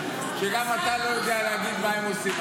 שגם אתה לא יודע להגיד מה הם עושים.